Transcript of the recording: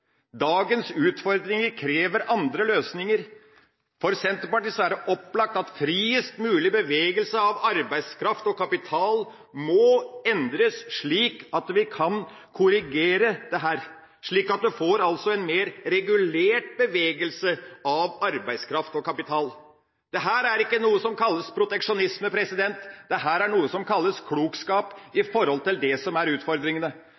Dagens utfordringer krever andre løsninger. For Senterpartiet er det opplagt at friest mulig bevegelse av arbeid og kapital må endres slik at vi kan korrigere dette, slik at vi får en mer regulert bevegelse av arbeidskraft og kapital. Dette er ikke noe som kalles proteksjonisme, dette er noe som kalles klokskap i forhold til det som er utfordringene.